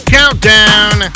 Countdown